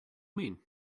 mean